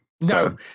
no